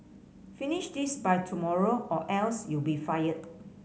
finish this by tomorrow or else you'll be fired